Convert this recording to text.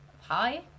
hi